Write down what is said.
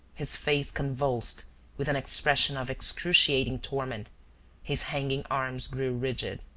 his face convulsed with an expression of excruciating torment his hanging arms grew rigid.